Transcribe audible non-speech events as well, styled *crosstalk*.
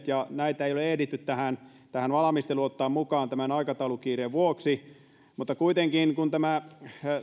*unintelligible* ja näitä ei ole ehditty tähän tähän valmisteluun ottaa mukaan aikataulukiireen vuoksi mutta kuitenkin kun tämä